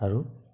আৰু